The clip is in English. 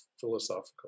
philosophical